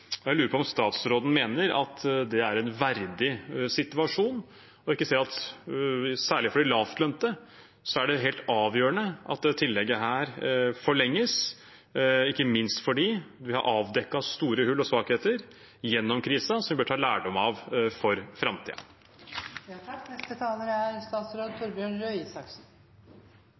Jeg lurer på om statsråden mener det er en verdig situasjon, og om han ikke ser at særlig for de lavtlønte er det helt avgjørende at dette tillegget forlenges, ikke minst fordi vi har avdekket store hull og svakheter gjennom krisen, som vi bør ta lærdom av for framtiden. Jeg mener i hvert fall det er